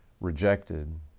rejected